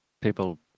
People